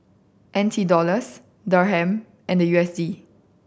N T Dollars Dirham and U S D